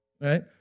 right